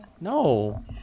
No